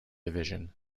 division